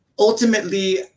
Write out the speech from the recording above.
Ultimately